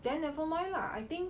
then never mind lah I think